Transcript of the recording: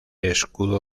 escudo